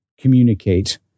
communicate